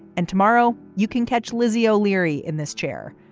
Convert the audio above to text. and tomorrow you can catch lizzie o'leary in this chair.